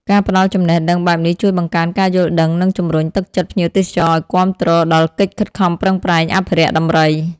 ការផ្តល់ចំណេះដឹងបែបនេះជួយបង្កើនការយល់ដឹង និងជំរុញទឹកចិត្តភ្ញៀវទេសចរឲ្យគាំទ្រដល់កិច្ចខិតខំប្រឹងប្រែងអភិរក្សដំរី។